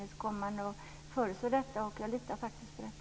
I så fall kommer man att föreslå det. Jag litar på det.